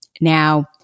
Now